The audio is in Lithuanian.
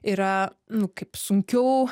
yra nu kaip sunkiau